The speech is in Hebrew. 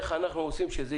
ההחלטות שלנו הן